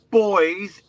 boys